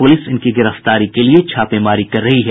police इनकी गिरफ्तारी के लिए छापेमारी कर रही है